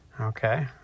okay